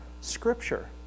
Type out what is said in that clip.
Scripture